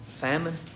famine